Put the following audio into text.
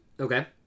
Okay